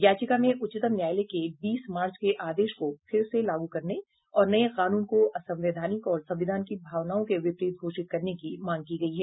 याचिका में उच्चतम न्यायालय के बीस मार्च के आदेश को फिर से लागू करने और नये कानून को असंवैधानिक और संविधान की भावनाओं के विपरीत घोषित करने की मांग की गयी है